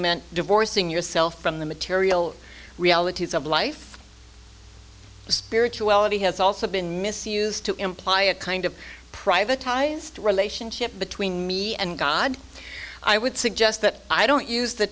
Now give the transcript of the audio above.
meant divorcing yourself from the material realities of life spirituality has also been misused to imply a kind of privatized relationship between me and god i would suggest that i don't use the